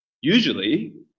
usually